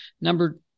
Number